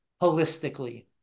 holistically